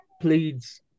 pleads